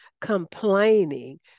complaining